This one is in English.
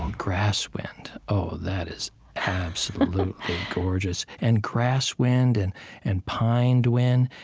grass wind. oh, that is absolutely gorgeous, and grass wind and and pine wind.